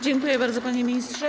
Dziękuję bardzo, panie ministrze.